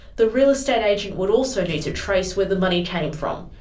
the real estate agent would also need to trace where the money came from.